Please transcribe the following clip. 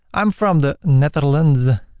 i'm from the netherlands.